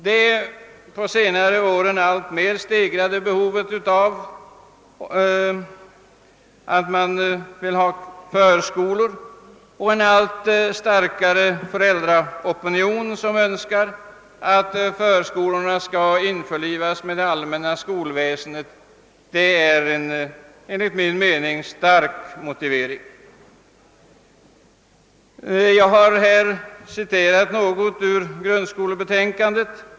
Det på senare år alltmer stegrade behovet av förskolor och en allt vidare föräldraopinion som önskar att förskolorna skall införlivas med det allmänna skolväsendet är enligt min mening en stark motivering. Jag har citerat något ur grundskolebetänkandet.